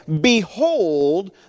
Behold